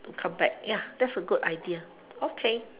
come back ya that's a good idea okay